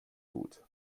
gut